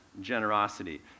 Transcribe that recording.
generosity